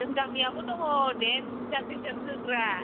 जों गामिआवबो दङ देन्जार देन्जार जोग्रा